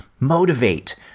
motivate